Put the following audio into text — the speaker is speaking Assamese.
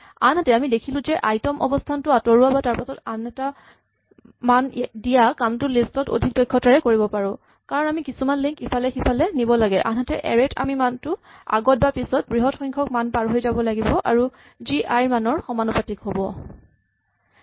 আনহাতে আমি দেখিলো যে আই তম অৱস্হানটো আঁতৰোৱা বা তাৰপাছত আন এটা নতুন মান দিয়া কামটো লিষ্ট ত অধিক দক্ষতাৰে কৰিব পাৰোঁ কাৰণ আমি মাত্ৰ কিছুমান লিংক ইফালে সিফালে নিব লাগে আনহাতে এৰে ত আমি মানটোৰ আগত বা পিছত বৃহৎ সংখ্যক মান পাৰ হৈ যাব লাগিব আৰু যি আই ৰ সমানুপাতিক সময় ল'ব